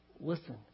Listen